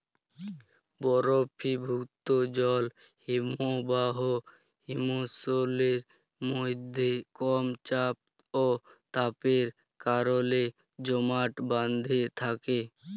বরফিভুত জল হিমবাহ হিমশৈলের মইধ্যে কম চাপ অ তাপের কারলে জমাট বাঁইধ্যে থ্যাকে